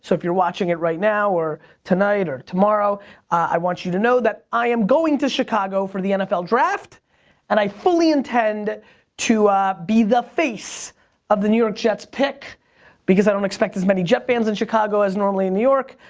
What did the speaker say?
so if you're watching it right now or tonight or tomorrow i want you to know that i am going to chicago for the nfl draft and i fully intend to be the face of the new york jets pick because i don't expect as many jet fans in chicago as normally in new york.